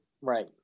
Right